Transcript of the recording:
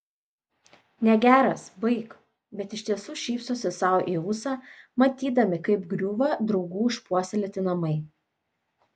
negeras baik bet iš tiesų šypsosi sau į ūsą matydami kaip griūva draugų išpuoselėti namai